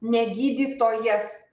ne gydytojas